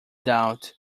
doubt